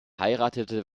heiratete